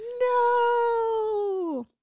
no